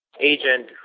agent